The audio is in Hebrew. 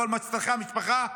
על מה שצריכה משפחה,